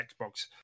Xbox